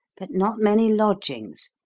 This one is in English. but not many lodgings.